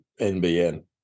NBN